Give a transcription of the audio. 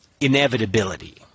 inevitability